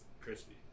crispy